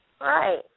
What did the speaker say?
Right